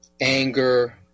anger